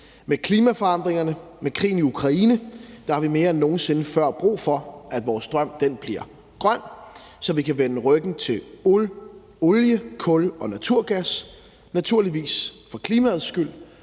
Med klimaforandringerne og med krigen i Ukraine har vi mere end nogen sinde før brug for, al vores strøm bliver grøn, så vi kan vende ryggen til olie, kul og naturgas, naturligvis for klimaets skyld,